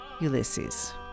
Ulysses